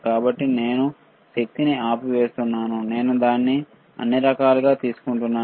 కాబట్టి నేను నేను శక్తిని ఆపివేస్తున్నాను నేను దాన్ని అన్ని రకాలుగా తీసుకుంటున్నాను